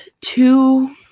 two